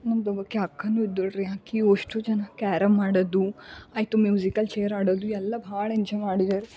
ನಮ್ದು ಒಬ್ಬಕಿ ಅಕ್ಕನೂ ಇದ್ದಳು ರೀ ಆಕೆಯೂ ಅಷ್ಟು ಜನ ಕ್ಯಾರಮ್ ಆಡೋದು ಆಯ್ತು ಮ್ಯೂಸಿಕಲ್ ಚೇರ್ ಆಡೋದು ಎಲ್ಲ ಭಾಳ ಎಂಜಾಯ್ ಮಾಡಿದೆವುರಿ